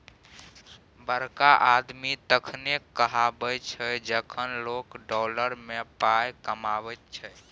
बड़का आदमी तखने कहाबै छै जखन लोक डॉलर मे पाय कमाबैत छै